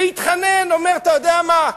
והתחנן ואמר: אתה יודע מה,